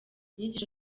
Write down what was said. inyigisho